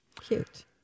Cute